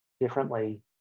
differently